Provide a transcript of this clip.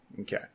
Okay